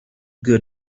good